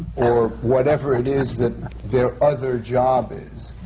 or whatever it is that their other job is.